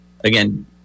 again